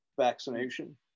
vaccination